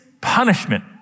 punishment